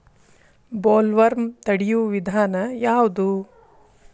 Bollworm ತಡಿಯು ವಿಧಾನ ಯಾವ್ದು?